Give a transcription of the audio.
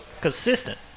consistent